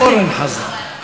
רק אמרתי אורן חזן,